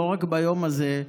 לא רק ביום הזה,